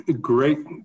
Great